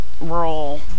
role